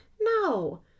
No